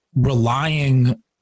relying